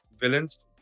villains